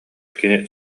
кини